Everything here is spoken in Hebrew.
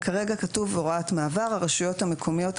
הוראת מעבר 3. הרשויות המקומיות,